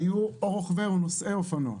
היו או רוכבי או נוסעי אופנוע,